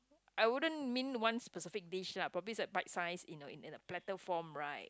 I wouldn't mean one specific dish lah probably is a bite size in a in a platter form right